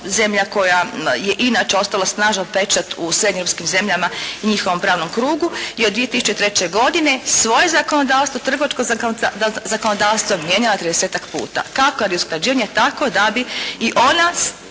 koja je inače ostavila snažan pečat u srednjoeuropskim zemljama i njihovom pravnom krugu gdje je od 2003. godine svoje zakonodavstvo, trgovačko zakonodavstvo mijenjala tridesetak puta. Kako kad je usklađivanje takvo da bi i ona